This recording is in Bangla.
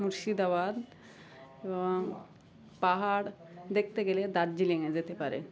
মুর্শিদাবাদ এবং পাহাড় দেখতে গেলে দার্জিলিংয়ে যেতে পারেন